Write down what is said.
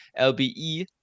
lbe